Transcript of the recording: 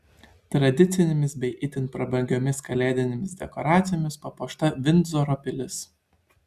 tradicinėmis bei itin prabangiomis kalėdinėmis dekoracijomis papuošta vindzoro pilis